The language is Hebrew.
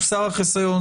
הוסר החיסיון,